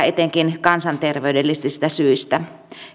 etenkin kansanterveydellisistä syistä